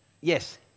Yes